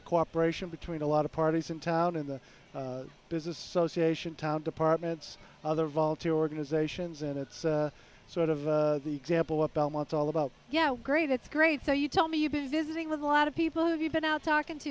of cooperation between a lot of parties in town in the business association tom departments other volunteer organizations and it's sort of the example of belmont all about yeah great it's great so you tell me you've been visiting with a lot of people have you been out talking to